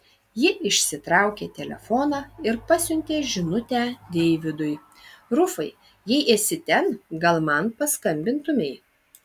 ji išsitraukė telefoną ir pasiuntė žinutę deividui rufai jei esi ten gal man paskambintumei